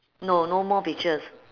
no no more pictures